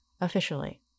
officially